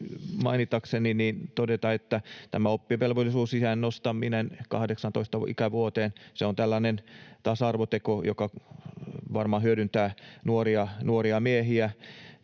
mainitakseni todeta, että tämä oppivelvollisuusiän nostaminen 18 ikävuoteen on tällainen tasa-arvoteko, joka varmaan hyödyttää nuoria miehiä,